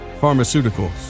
Pharmaceuticals